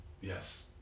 yes